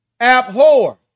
abhor